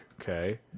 okay